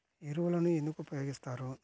ఎరువులను ఎందుకు ఉపయోగిస్తారు?